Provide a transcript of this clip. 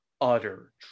utter